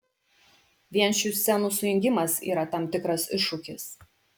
vien šių scenų sujungimas yra tam tikras iššūkis